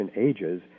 ages